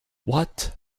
what